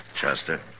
Chester